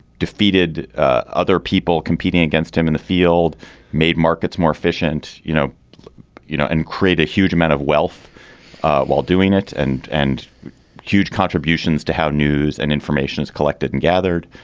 defeated other people competing against him in the field made markets more efficient. you know you know and create a huge amount of wealth while doing it. and and huge contributions to how news and information is collected and gathered.